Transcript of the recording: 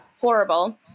horrible